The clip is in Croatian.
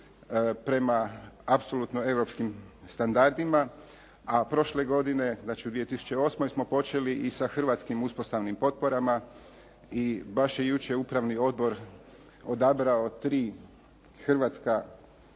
prema apsolutno europskim standardima. A prošle godine, znači u 2008. smo počeli i sa hrvatskim uspostavnim potporama i baš je jučer upravni odbor odabrao tri hrvatska